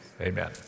Amen